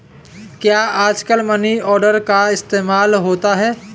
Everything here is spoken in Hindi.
क्या आजकल मनी ऑर्डर का इस्तेमाल होता है?